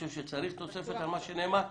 שצריך תוספת על מה שנאמר?